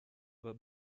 were